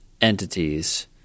entities